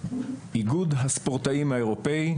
איגוד הספורטאים האירופאי,